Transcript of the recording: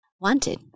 Wanted